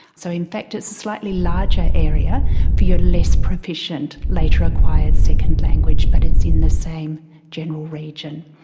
so in fact it's a slightly larger area for your less proficient, later acquired second language, but it's in the same general region.